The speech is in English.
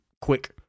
quick